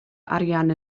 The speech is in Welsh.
arian